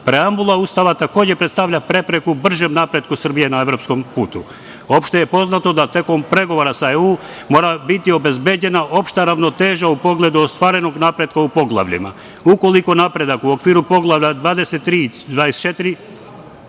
preambula Ustava takođe predstavlja prepreku bržem napretku Srbije na evropskom putu. Opšte je poznato da tokom pregovora sa Evropskom unijom mora biti obezbeđena opšta ravnoteža u pogledu ostvarenog napretka u poglavljima. Ukoliko napredak u okviru Poglavlja 23